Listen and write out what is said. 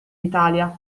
italia